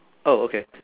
oh okay